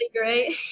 great